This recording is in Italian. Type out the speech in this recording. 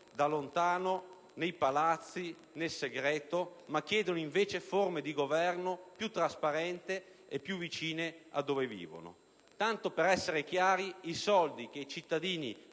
da lontano, nei Palazzi, nel segreto, ma chiedono invece forme di governo più trasparente e più vicine a dove vivono. Tanto per essere chiari: i soldi che i cittadini